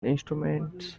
instruments